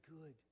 good